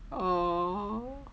!aww!